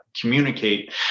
communicate